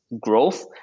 growth